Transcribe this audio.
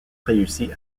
réussi